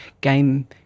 game